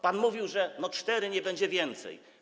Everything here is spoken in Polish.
Pan mówił, że cztery, nie będzie więcej.